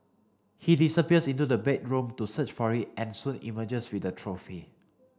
he disappears into the bedroom to search for it and soon emerges with the trophy